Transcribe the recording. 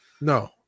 No